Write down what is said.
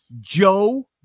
Joe